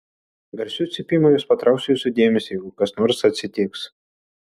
garsiu cypimu jos patrauks jūsų dėmesį jeigu kas nors atsitiks